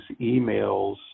emails